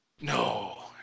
No